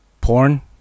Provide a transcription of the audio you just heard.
Porn